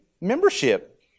membership